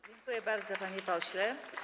Dziękuję bardzo, panie pośle.